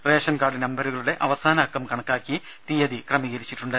ration card നമ്പരുകളുടെ അവസാന അക്കം കണക്കാക്കി തിയതി ക്രമീകരിച്ചിട്ടുണ്ട്